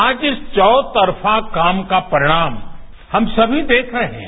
आज इस चौतरफा काम का परिणाम हम सभी देख रहे हैं